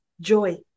Joy